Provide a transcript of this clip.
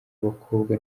abakobwa